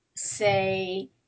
say